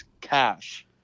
cash